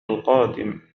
القادم